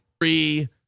Three